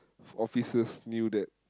officers knew that